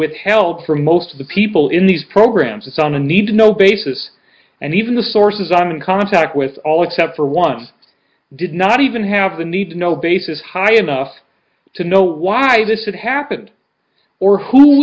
withheld from most of the people in these programs it's on a need to know basis and even the sources i'm in contact with all except for once did not even have the need to know basis high enough to know why this it happened or who